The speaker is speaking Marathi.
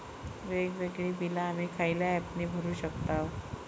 वेगवेगळी बिला आम्ही खयल्या ऍपने भरू शकताव?